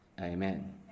amen